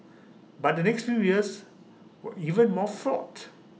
but the next few years were even more fraught